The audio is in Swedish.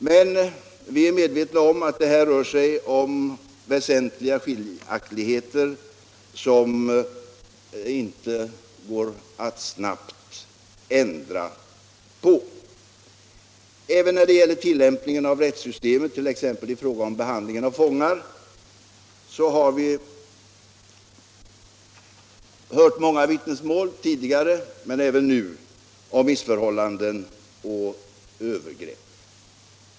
Men vi är medvetna om att det här rör sig om väsentliga skiljaktigheter, som det inte går att snabbt ändra på. Även när det gäller tillämpningen av rättssystemet, 1. ex. i fråga om behandlingen av fångar, har vi tidigare hört många vittnesmål, och sådana förekommer även nu, om missförhållanden och övergrepp.